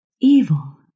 Evil